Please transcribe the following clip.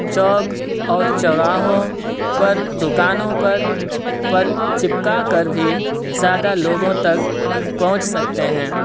چوک اور چوراہوں پر دکانوں پر پر چپکا کر بھی زیادہ لوگوں تک پہنچ سکتے ہیں